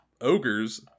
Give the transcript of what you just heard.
ogres